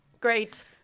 Great